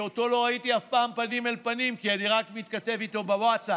שאותו לא ראיתי אף פעם פנים אל פנים כי אני רק מתכתב איתו בווטסאפ,